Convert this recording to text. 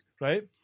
right